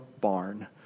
barn